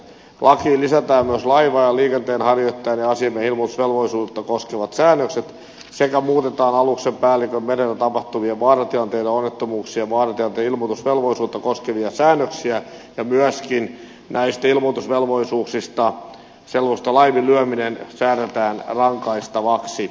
lakiin lisätään myös laivaajan liikenteenharjoittajan ja asiamiehen ilmoitusvelvollisuutta koskevat säännökset sekä muutetaan aluksen päällikön merellä tapahtuvien vaaratilanteiden ja onnettomuuksien ja vaaratilanteiden ilmoitusvelvollisuutta koskevia säännöksiä ja myöskin näitten ilmoitusvelvollisuuksien laiminlyöminen säädetään rangaistavaksi